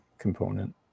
Component